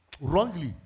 wrongly